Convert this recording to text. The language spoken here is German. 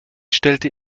stellte